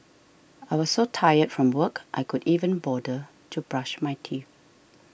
I was so tired from work I could even bother to brush my teeth